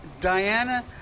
Diana